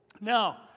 Now